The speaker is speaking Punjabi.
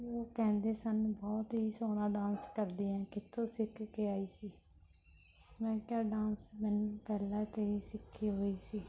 ਉਹ ਕਹਿੰਦੇ ਸਨ ਬਹੁਤ ਹੀ ਸੋਹਣਾ ਡਾਂਸ ਕਰਦੀ ਹੈ ਕਿੱਥੋਂ ਸਿੱਖ ਕੇ ਆਈ ਸੀ ਮੈਂ ਕਿਹਾ ਡਾਂਸ ਮੈਨੂੰ ਪਹਿਲਾਂ ਤੋਂ ਹੀ ਸਿੱਖੀ ਹੋਈ ਸੀ